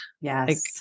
yes